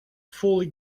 fully